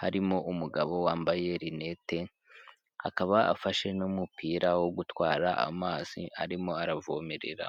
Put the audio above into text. harimo umugabo wambaye rinete akaba afashe n'umupira wo gutwara amazi arimo aravomerera.